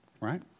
Right